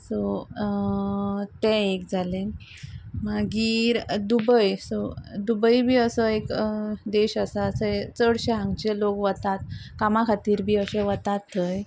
so तें एक जालें मागीर दुबय सो दुबय बी असो एक देश आसा थंय चडशे हांगचे लोक वतात कामा खातीर बी अशे वतात थंय